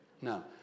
No